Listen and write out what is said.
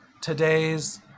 Today's